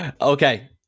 Okay